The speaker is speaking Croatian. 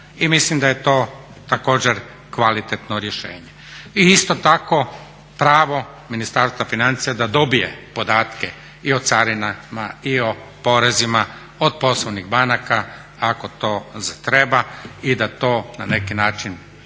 I mislim da je to također kvalitetno rješenje. I isto tako pravo Ministarstva financija da dobije podatke i o carinama i o porezima od poslovnih banaka ako to zatreba i da to na neki način